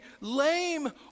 lame